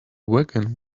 wagon